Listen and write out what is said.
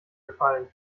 gefallen